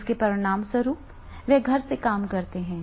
जिसके परिणामस्वरूप वे घर से काम करते हैं